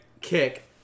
kick